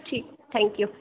ठीक thank U